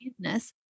business